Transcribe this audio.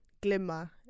glimmer